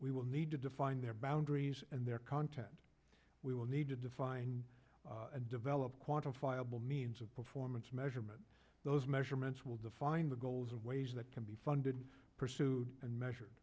we will need to define their boundaries and their content we will need to define and develop quantifiable means of performance measurement those measurements will define the goals and ways that can be funded pursued and measured